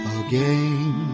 again